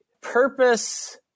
Purpose